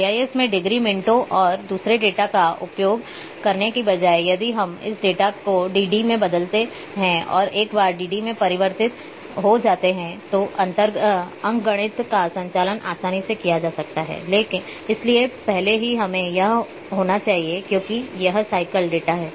GIS में degree मिनटों और दूसरे डेटा का उपयोग करने के बजाय यदि हम इस डेटा को dd में बदलते हैं और एक बार dd में परिवर्तित हो जाते हैं तो अंकगणित का संचालन आसानी से किया जा सकता है इससे पहले कि हमें यह होना चाहिए क्योंकि यह साइक्ल डेटा है